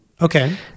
Okay